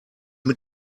mit